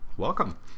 welcome